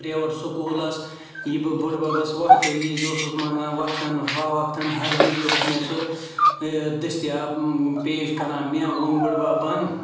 private سکوٗلَس یہِ بہٕ بٔڈۍ بَبَس وقتہٕ وِز اوسُس منٛگان وقتاً فَوَقتاً ہر وِز اوس مےٚ سُہ دٔستیاب پیش کران مےٚ ووٚن بٔڈۍ بَبَن